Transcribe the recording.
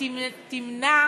ותמנע